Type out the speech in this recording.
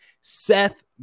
Seth